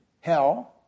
hell